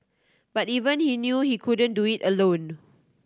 but even he knew he couldn't do it alone